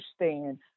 understand